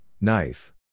Knife